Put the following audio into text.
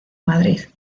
madrid